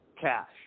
Cash